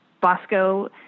Bosco